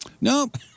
Nope